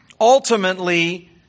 ultimately